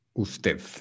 usted